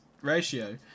ratio